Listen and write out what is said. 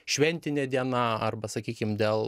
šventinė diena arba sakykim dėl